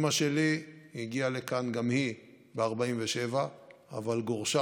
אימא שלי הגיעה לכאן גם היא ב-1947 אבל גורשה